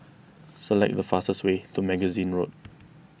select the fastest way to Magazine Road